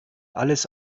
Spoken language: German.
alles